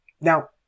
now